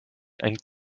and